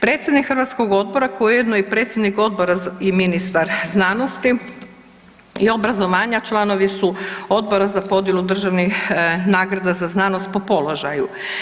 Predsjednik hrvatskog odbora koji je ujedno i predsjednik odbora i ministar znanosti i obrazovanja članovi su Odbora za podjelu državnih nagrada za znanost po položaju.